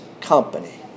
company